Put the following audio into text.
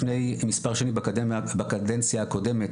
לפני מס' שנים בקדנציה הקודמת,